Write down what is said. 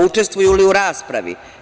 Učestvuju li u raspravi?